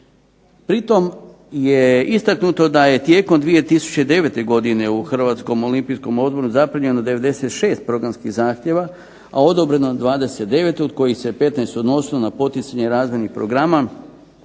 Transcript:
Pri tom je istaknuto da je tijekom 2009. godine u Hrvatskom olimpijskom odboru zaprimljeno 96 programskih zahtjeva, a odobreno 29, od kojih se 15 odnosilo na poticanje razvojnih programa